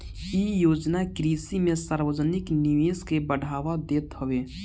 इ योजना कृषि में सार्वजानिक निवेश के बढ़ावा देत हवे